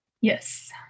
Yes